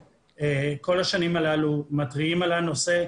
כל השנים הללו אנחנו מתריעים על הנושא,